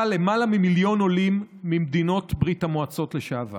למעלה ממיליון עולים ממדינות ברית המועצות לשעבר.